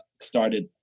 started